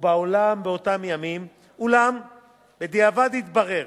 ובעולם באותם ימים, אולם בדיעבד התברר